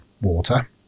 water